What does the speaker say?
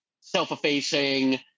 self-effacing